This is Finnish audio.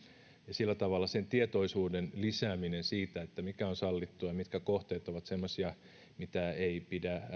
sillä tavalla tietoisuuden lisääminen siitä mikä on sallittua ja mitkä kohteet ovat semmoisia